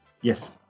yes